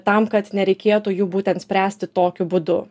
tam kad nereikėtų jų būtent spręsti tokiu būdu